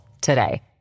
today